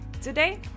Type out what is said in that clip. Today